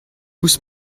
ouzh